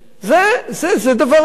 זה דבר נורא,